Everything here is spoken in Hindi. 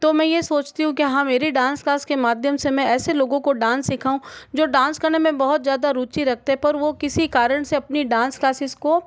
तो मैं ये सोचती हूँ कि हाँ मेरी डांस क्लास के माध्यम से मैं ऐसे लोगों को डांस सिखाऊँ जो डांस करने में बहुत ज़्यादा रुचि रखते हैं पर वो किसी कारण से अपनी डांस क्लासेस को